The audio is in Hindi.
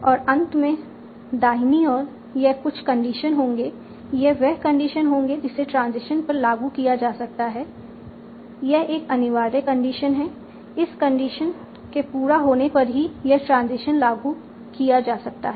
और अंत में दाहिनी ओर यह कुछ कंडीशन होंगे यह वह कंडीशन होंगे जिसे ट्रांजिशन पर लागू किया जा सकता है यह एक अनिवार्य कंडीशन है इस कंडीशन के पूरा होने पर ही यह ट्रांजिशन लागू किया जा सकता है